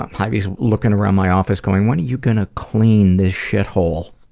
ivy's looking around my office, going, when are you gonna clean this shithole?